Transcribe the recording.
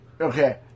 Okay